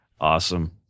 Awesome